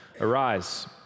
Arise